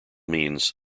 means